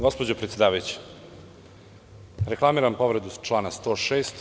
Gospođo predsedavajuća, reklamiram povredu člana 106.